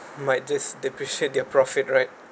might this depreciate their profit right